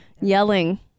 Yelling